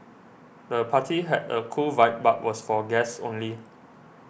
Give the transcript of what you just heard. the party had a cool vibe but was for guests only